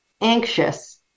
anxious